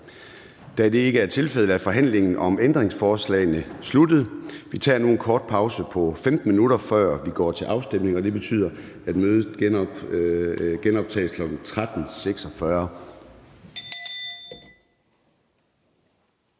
Da det ikke er tilfældet, er forhandlingen om ændringsforslagene sluttet. Vi tager nu en kort pause på 15 minutter, før vi går til afstemning, og det betyder, at mødet genoptages kl. 13.46.